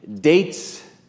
dates